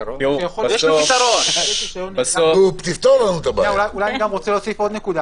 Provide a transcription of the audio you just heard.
פתרון -- אני רוצה להוסיף עוד נקודה